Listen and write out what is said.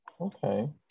Okay